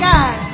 God